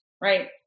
Right